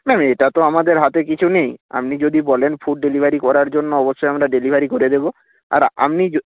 ma'am এটা তো আমাদের হাতে কিছু নেই আপনি যদি বলেন ফুড ডেলিভারি করার জন্য অবশ্যই আমরা ডেলিভারি করে দেবো আর আপনি